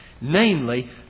Namely